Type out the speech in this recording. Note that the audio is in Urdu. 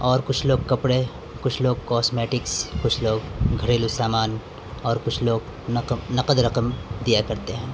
اور کچھ لوگ کپڑے کچھ لوگ کاسمیٹکس کچھ لوگ گھریلو سامان اور کچھ لوگ نقد رکم دیا کرتے ہیں